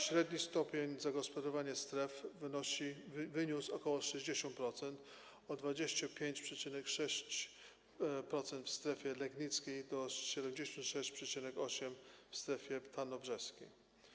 Średni stopień zagospodarowania stref wyniósł ok. 60% - od 25,6% w strefie legnickiej do 76,8% w strefie tarnobrzeskiej.